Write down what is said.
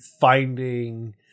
finding